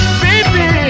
baby